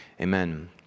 Amen